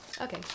Okay